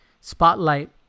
spotlight